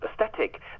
aesthetic